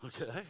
okay